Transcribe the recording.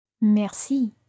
Merci